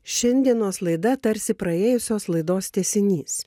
šiandienos laida tarsi praėjusios laidos tęsinys